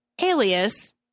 Alias